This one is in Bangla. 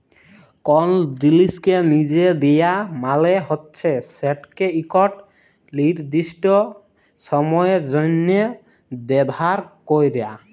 কল জিলিসকে লিজে দিয়া মালে হছে সেটকে ইকট লিরদিস্ট সময়ের জ্যনহে ব্যাভার ক্যরা